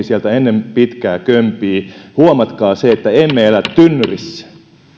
sieltä ennen pitkää kömpii huomatkaa se että emme elä tynnyrissä